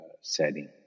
setting